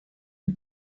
die